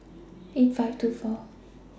eight five two four